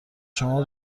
شما